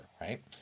right